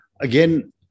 again